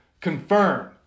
confirm